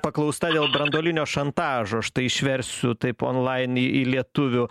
paklausta dėl branduolinio šantažo štai išversiu taip onlain į į lietuvių